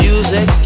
Music